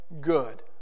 good